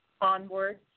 onward